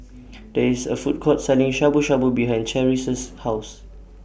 There IS A Food Court Selling Shabu Shabu behind Cherrie's House